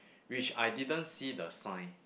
which I didn't see the sign